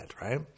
right